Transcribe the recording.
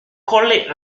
collé